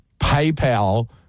PayPal